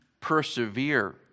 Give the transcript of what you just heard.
persevere